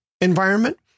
environment